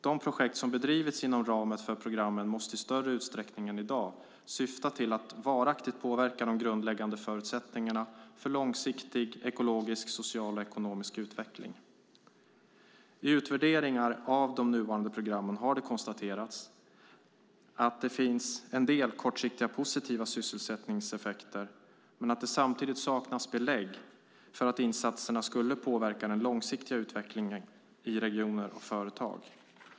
De projekt som bedrivs inom ramen för programmen måste i större utsträckning än i dag syfta till att varaktigt påverka de grundläggande förutsättningarna för långsiktig ekologisk, social och ekonomisk utveckling. I utvärderingar av de nuvarande programmen har det konstaterats att det finns en del kortsiktiga positiva sysselsättningseffekter men att det samtidigt saknas belägg för att insatserna skulle påverka den långsiktiga utvecklingen i regioner och företag.